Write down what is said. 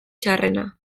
txarrena